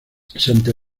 santa